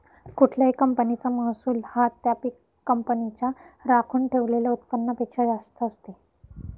कुठल्याही कंपनीचा महसूल हा त्या कंपनीच्या राखून ठेवलेल्या उत्पन्नापेक्षा जास्त असते